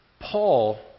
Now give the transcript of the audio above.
Paul